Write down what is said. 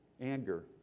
Anger